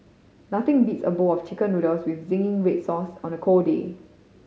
nothing beats a bowl of Chicken Noodles with zingy red sauce on a cold day